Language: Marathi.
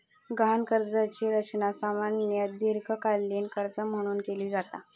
गहाण कर्जाची रचना सामान्यतः दीर्घकालीन कर्जा म्हणून केली जाता